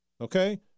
okay